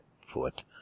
foot